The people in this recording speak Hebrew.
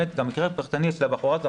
את המקרה הפרטני שהובא כאן אנחנו